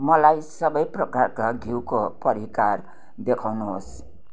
मलाई सबै प्रकारका घिउको परिकार देखाउनुहोस्